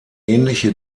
ähnliche